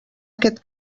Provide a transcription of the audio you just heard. aquest